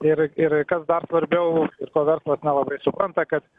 ir ir kas dar svarbiau ir ko verslas nelabai supranta kad